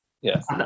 Yes